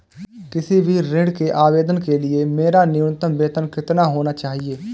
किसी भी ऋण के आवेदन करने के लिए मेरा न्यूनतम वेतन कितना होना चाहिए?